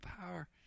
power